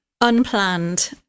unplanned